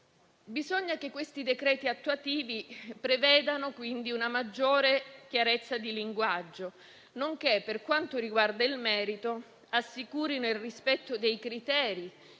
Bisogna che questi decreti attuativi prevedano quindi una maggiore chiarezza di linguaggio e, per quanto riguarda il merito, assicurino il rispetto dei criteri